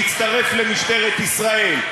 להצטרף למשטרת ישראל.